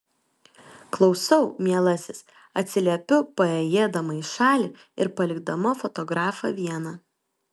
klausau mielasis atsiliepiu paėjėdama į šalį ir palikdama fotografą vieną